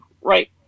right